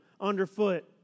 underfoot